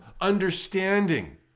understanding